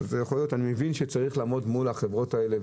אני מבין שצריך לעמוד מול החברות האלה,